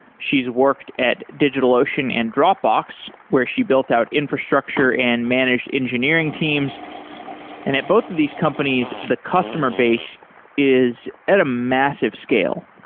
she's worked at digitalocean and dropbox where she built out infrastructure and managed engineering teams and at both of these companies the customer base is at a massive scale.